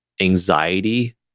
anxiety